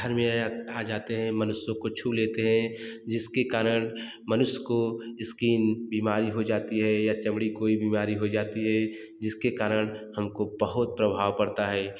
धर में आ जाते है मनुष्य को छू लेते है जिसके कारण मनुष्य को इसकी बीमारी हो जाती है या चमड़ी कोई बीमारी हो जाती है जिसके कारण हमको बहुत प्रभाव पड़ता है